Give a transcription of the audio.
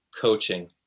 coaching